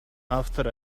after